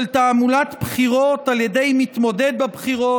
תעמולת בחירות על ידי מתמודד בבחירות,